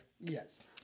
Yes